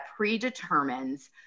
predetermines